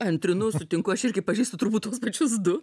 antrinu sutinku aš irgi pažįstu turbūt tuos pačius du